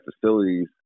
facilities